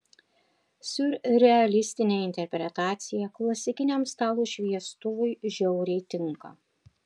siurrealistinė interpretacija klasikiniam stalo šviestuvui žiauriai tinka